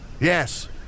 Yes